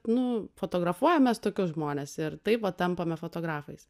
nu fotografuojam mes tokius žmones ir taip va tampame fotografais